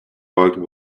worked